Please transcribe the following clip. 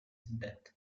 death